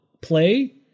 play